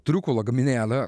triukų lagaminėlį